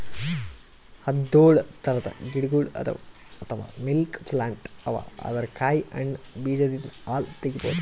ಹದ್ದ್ನೊಳ್ ಥರದ್ ಗಿಡಗೊಳ್ ಅಥವಾ ಮಿಲ್ಕ್ ಪ್ಲಾಂಟ್ ಅವಾ ಅದರ್ ಕಾಯಿ ಹಣ್ಣ್ ಬೀಜದಿಂದ್ ಹಾಲ್ ತಗಿಬಹುದ್